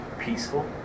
peaceful